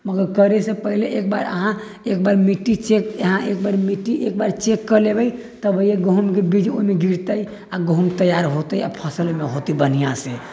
मगर करै से पहिले एकबार अहाँ एकबारी मिट्टी चेक करि लेबै तबहि गहुँमके बीज ओहिमे गिरतै आ गहुँम तैयार होतै आ फसल ओहिमे होतै बढ़िआँ से